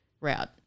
route